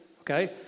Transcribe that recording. Okay